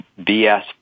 BS